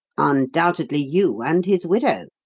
undoubtedly you and his widow.